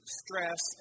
stress